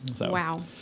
Wow